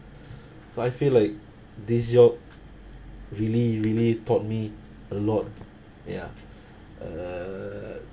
so I feel like this job really really taught me a lot ya uh